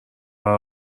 برا